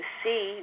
see